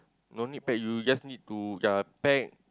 no need pack you just need to yea pack